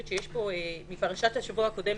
זה אומנם מפרשת השבוע הקודם,